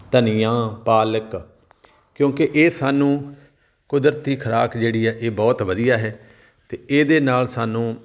ਧਨੀਆ ਪਾਲਕ ਕਿਉਂਕਿ ਇਹ ਸਾਨੂੰ ਕੁਦਰਤੀ ਖੁਰਾਕ ਜਿਹੜੀ ਹੈ ਇਹ ਬਹੁਤ ਵਧੀਆ ਹੈ ਅਤੇ ਇਹਦੇ ਨਾਲ ਸਾਨੂੰ